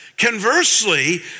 Conversely